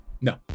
No